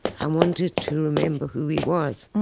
i wanted to remember who he was